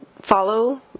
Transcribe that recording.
follow